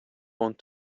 want